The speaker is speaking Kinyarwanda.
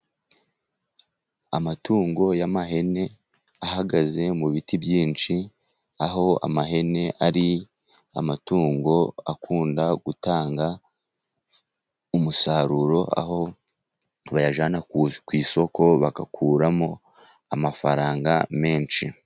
Amatungo y'amahene ahagaze mu biti byinshi, aho amahene ari amatungo akunda gutanga umusaruro ,aho bayajyana ku isoko bagakuramo amafaranga menshi.